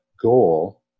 goal